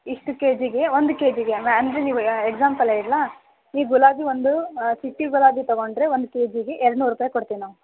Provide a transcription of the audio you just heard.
ಇಷ್ಟು ಕೆಜಿಗೆ ಒಂದು ಕೆಜಿಗೆ ಅಂದರೆ ನೀವು ಎಕ್ಸಾಂಪಲ್ ಹೇಳಲಾ ಈ ಗುಲಾಬಿ ಒಂದು ಫಿಫ್ಟಿ ಗುಲಾಬಿ ತಗೊಂಡರೆ ಒಂದು ಕೆಜಿಗೆ ಎರ್ಡು ನೂರು ರೂಪಾಯಿ ಕೊಡ್ತೀವಿ ನಾವು